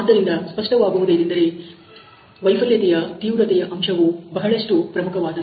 ಆದ್ದರಿಂದ ಸ್ಪಷ್ಟವಾಗುವುದೇನೆಂದರೆ ವೈಫಲ್ಯತೆಯ ತೀವ್ರತೆಯ ಅಂಶವು ಬಹಳಷ್ಟು ಪ್ರಮುಖವಾದದ್ದು